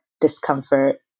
discomfort